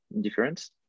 difference